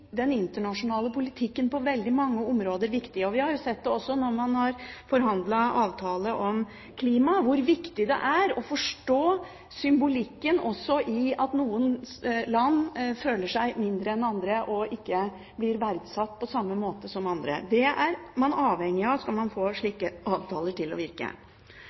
den internasjonale politikken på veldig mange områder, viktige. Vi har også sett, når man har forhandlet om avtaler om klima, hvor viktig det er å forstå symbolikken i at noen land føler seg mindre enn andre og ikke blir verdsatt på samme måte som andre. Det er man avhengig av, skal man få slike avtaler til å virke.